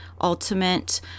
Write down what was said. ultimate